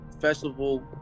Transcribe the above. festival